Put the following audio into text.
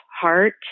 heart